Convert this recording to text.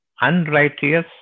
unrighteous